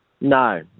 No